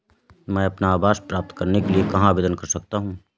मैं अपना आवास प्राप्त करने के लिए कहाँ आवेदन कर सकता हूँ?